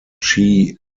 chi